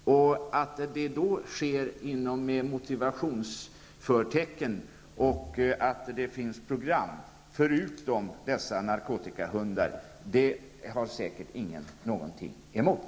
Att detta skall ske med motivationsförtecken och att det skall det finnas program för det här, förutom detta med att narkotikahundar används, har säkert ingen något att invända emot.